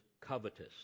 covetous